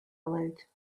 aloud